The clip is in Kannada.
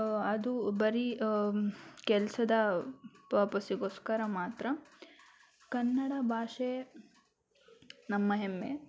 ಅದು ಬರಿ ಕೆಲಸದ ಪರ್ಪಸ್ಸಿಗೋಸ್ಕರ ಮಾತ್ರ ಕನ್ನಡ ಭಾಷೆ ನಮ್ಮ ಹೆಮ್ಮೆ